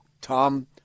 Tom